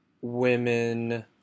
women